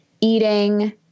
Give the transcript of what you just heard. eating